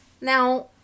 Now